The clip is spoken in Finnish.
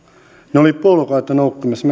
he olivat puolukoita noukkimassa